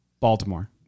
Baltimore